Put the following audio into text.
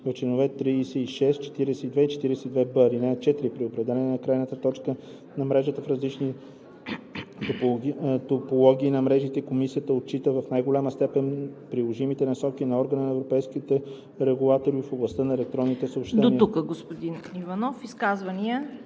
в членове 36, 42 и 42б. (4) При определяне на крайната точка на мрежата в различни топологии на мрежите комисията отчита в най-голяма степен приложимите насоки на Органа на европейските регулатори в областта на електронните съобщения.“ ПРЕДСЕДАТЕЛ ЦВЕТА КАРАЯНЧЕВА: Изказвания?